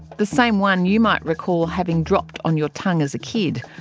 the same one you might recall having dropped on your tongue as a kid,